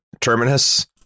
terminus